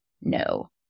No